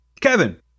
Kevin